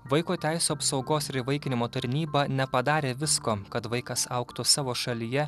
vaiko teisių apsaugos ir įvaikinimo tarnyba nepadarė visko kad vaikas augtų savo šalyje